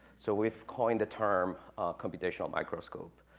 so we've coined the term computational microscope,